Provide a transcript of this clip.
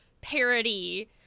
parody